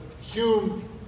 Hume